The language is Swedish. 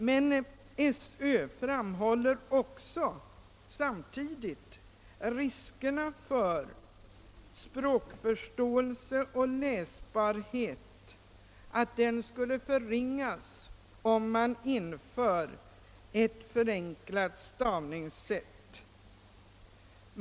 Men skolöverstyrelsen påpekar samtidigt riskerna för att språkförståelsen och läsbarheten skulle minska genom införande av ett förenklat stavningssätt.